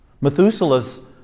Methuselah's